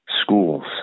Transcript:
schools